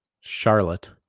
Charlotte